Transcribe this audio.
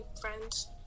friends